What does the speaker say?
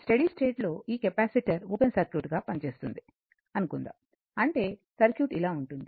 study state లో ఈ capacitor open సర్క్యూట్గా పనిచేస్తుందని అనుకుందాం అంటే సర్క్యూట్ ఇలా ఉంటుంది